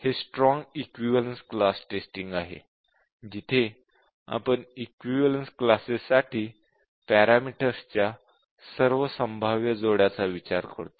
हे strong equivalence class testing आहे जिथे आपण इक्विवलेन्स क्लासेस साठी पॅरामीटर्सच्या सर्व संभाव्य जोड्यांचा विचार करतो